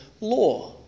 law